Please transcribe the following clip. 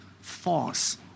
false